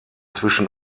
zwischen